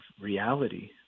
reality